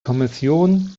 kommission